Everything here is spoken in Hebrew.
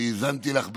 אני האזנתי לך בקשב.